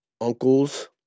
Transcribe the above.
uncles